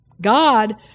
God